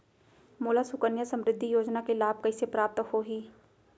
मोला सुकन्या समृद्धि योजना के लाभ कइसे प्राप्त होही?